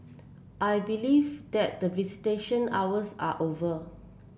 I believe that the visitation hours are over